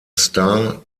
starr